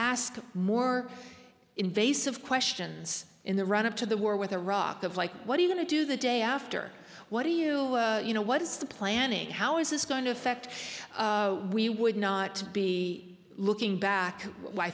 ask more invasive questions in the run up to the war with iraq of like what are you going to do the day after what do you you know what is the planning how is this going to affect we would not be looking back i